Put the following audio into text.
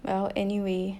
well anyway